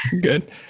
Good